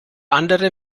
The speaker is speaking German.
andere